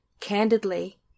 candidly